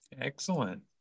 Excellent